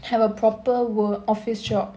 have a proper wor~ office job